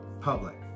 public